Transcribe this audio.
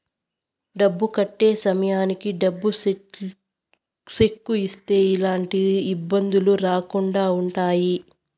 డబ్బు కట్టే సమయానికి డబ్బు సెక్కు ఇస్తే ఎలాంటి ఇబ్బందులు రాకుండా ఉంటాయి